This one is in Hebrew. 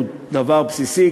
הוא דבר בסיסי,